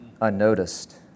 unnoticed